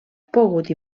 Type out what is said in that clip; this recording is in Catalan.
pogut